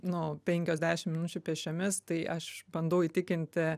nu penkios dešim minučių pėsčiomis tai aš bandau įtikinti